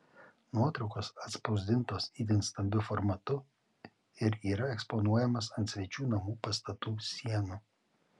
nuotraukos atspausdintos itin stambiu formatu ir yra eksponuojamos ant svečių namų pastatų sienų